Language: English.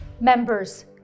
Members